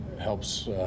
helps